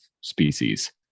species